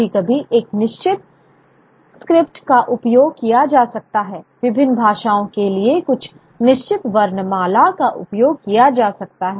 कभी कभी एक निश्चित स्क्रिप्ट का उपयोग किया जा सकता है विभिन्न भाषाओं के लिए कुछ निश्चित वर्णमाला का उपयोग किया जा सकता है